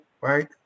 right